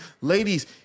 ladies